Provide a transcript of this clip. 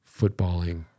footballing